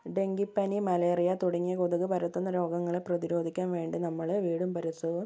ഡെങ്കിപ്പനി മലേറിയ തുടങ്ങിയ കൊതുക് പരത്തുന്ന രോഗങ്ങൾ പ്രതിരോധിക്കാൻ വേണ്ടി നമ്മള് വീടും പരിസരവും